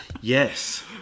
Yes